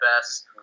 best